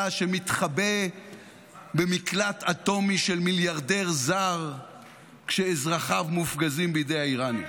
שמתחבא במקלט אטומי של מיליארדר זר כשאזרחיו מופגזים בידי האיראנים.